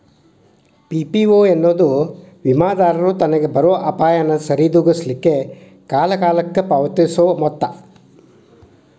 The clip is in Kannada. ಪಿ.ಪಿ.ಓ ಎನ್ನೊದು ವಿಮಾದಾರರು ತನಗ್ ಬರೊ ಅಪಾಯಾನ ಸರಿದೋಗಿಸ್ಲಿಕ್ಕೆ ಕಾಲಕಾಲಕ್ಕ ಪಾವತಿಸೊ ಮೊತ್ತ